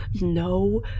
no